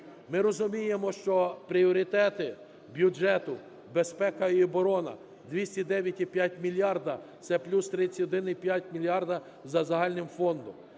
Ми розуміємо, що пріоритети бюджету: безпека і оборона - 209,5 мільярда – це плюс 31,5 мільярда за загальним фондом.